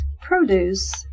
Produce